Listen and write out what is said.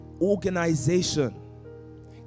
organization